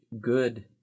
good